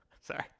Sorry